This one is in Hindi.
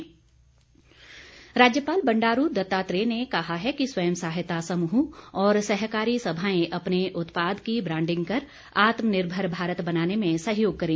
राज्यपाल राज्यपाल बंडारू दत्तात्रेय ने कहा है कि स्वयं सहायता समूह और सहकारी सभाएं अपने उत्पाद की ब्रांडिंग कर आत्म निर्भर भारत बनाने में सहयोग करें